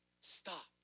stop